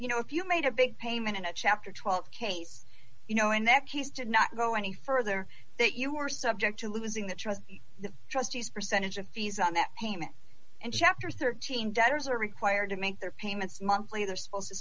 you know if you made a big payment in a chapter twelve case you know in that case did not go any further that you were subject to losing that trust the trustees percentage of fees on that payment and chapter thirteen dollars debtors are required to make their payments monthly they're supposed to